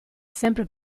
sempre